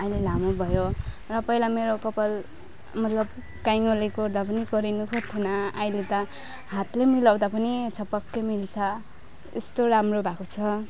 अहिले लामो भयो र पहिला मेरो कपाल मतलब काइँयोले कोर्दा पनि कोरिनु खोज्थेन अहिले त हातले मिलाउँदा पनि छपक्कै मिल्छ यस्तो राम्रो भएको छ